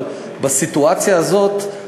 אבל בסיטואציה הזאת,